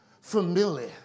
familiar